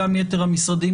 גם ליתר המשרדים.